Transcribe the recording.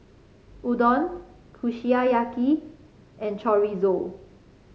Udon Kushiyaki and Chorizo